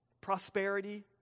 prosperity